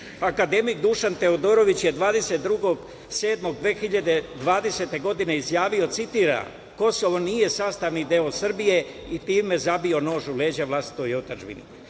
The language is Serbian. Dušan Teodorović je 22.7.2020. godine izjavio, citiram – Kosovo nije sastavni deo Srbije i time zabio nož u leđa vlastitoj otadžbini. Balša